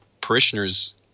parishioners